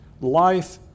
life